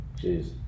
jeez